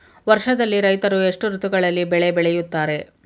ವರ್ಷದಲ್ಲಿ ರೈತರು ಎಷ್ಟು ಋತುಗಳಲ್ಲಿ ಬೆಳೆ ಬೆಳೆಯುತ್ತಾರೆ?